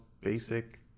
basic